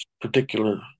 particular